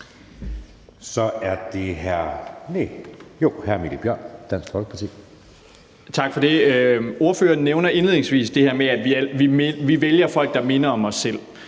Folkeparti. Kl. 17:54 Mikkel Bjørn (DF): Tak for det. Ordføreren nævner indledningsvis det her med, at vi vælger folk, der minder om os selv,